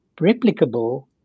replicable